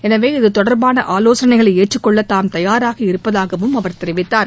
எனவே இதுதொடர்பான ஆலோசனைகளை ஏற்றுக் கொள்ள தாம் தயாராக இருப்பதாகவும் அவர் தெரிவித்தார்